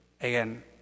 again